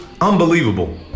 Unbelievable